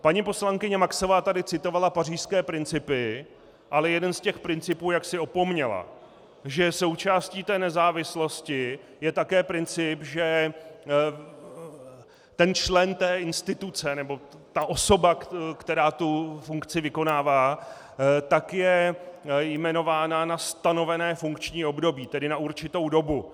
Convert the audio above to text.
Paní poslankyně Maxová tady citovala pařížské principy, ale jeden z těch principů jaksi opomněla že součástí té nezávislosti je také princip, že ten člen instituce nebo osoba, která funkci vykonává, je jmenována na stanovené funkční období, tedy na určitou dobu.